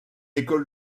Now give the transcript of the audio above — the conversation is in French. école